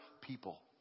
people